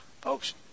Folks